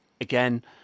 again